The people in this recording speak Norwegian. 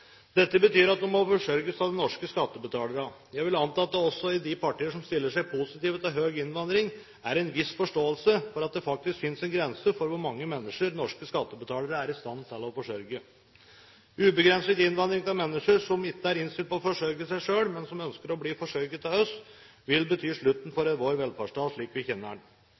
Dette betyr at de må forsørges av de norske skattebetalerne. Jeg vil anta at det også i de partier som stiller seg positive til høy innvandring, er en viss forståelse for at det faktisk finnes en grense for hvor mange mennesker norske skattebetalere er i stand til å forsørge. Ubegrenset innvandring av mennesker som ikke er innstilt på å forsørge seg selv, men som ønsker å bli forsørget av oss, vil bety slutten for vår velferdsstat slik vi kjenner